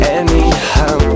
anyhow